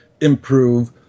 improve